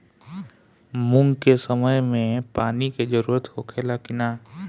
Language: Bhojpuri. मूंग के समय मे पानी के जरूरत होखे ला कि ना?